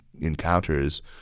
encounters